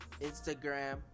instagram